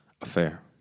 affair